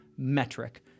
Metric